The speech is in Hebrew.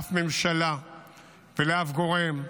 לאף ממשלה ולאף גורם,